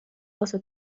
واسه